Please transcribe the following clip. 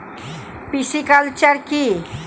Pisciculture কি?